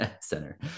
Center